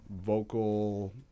vocal –